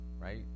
right